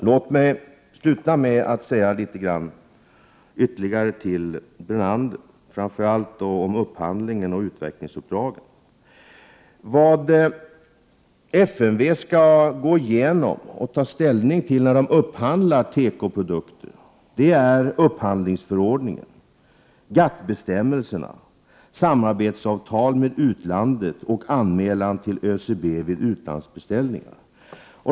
Låt mig avsluta med några ord till Lennart Brunander, framför allt när det gäller upphandling och utvecklingsuppdrag. När det gäller upphandling av tekoprodukter skall FMV gå igenom och ta ställning till upphandlingsförordningen, GATT-bestämmelserna, samarbetsavtal med utlandet och anmälan till ÖCB vid utlandsbeställning.